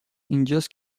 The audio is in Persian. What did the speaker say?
اینجاست